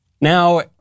Now